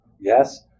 Yes